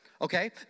Okay